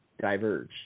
diverge